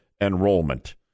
enrollment